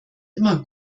immer